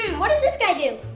what does this guy do?